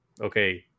okay